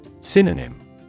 Synonym